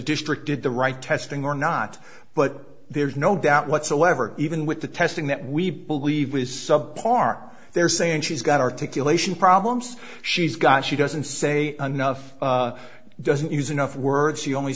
district did the right testing or not but there's no doubt whatsoever even with the testing that we believe was sub par there saying she's got articulation problems she's got she doesn't say enough doesn't use enough words she only